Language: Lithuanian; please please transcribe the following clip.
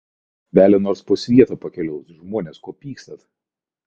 kaimo bobelė nors po svietą pakeliaus žmones ko pykstat